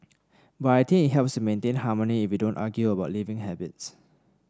but helps to maintain harmony if we don't argue about living habits